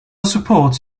support